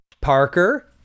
Parker